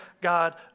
God